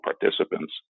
participants